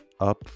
up